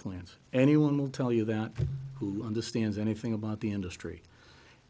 plans anyone will tell you that who understands anything about the industry